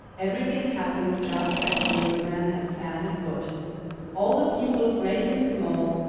everything happened just as the old man had said it would all the people, great and small,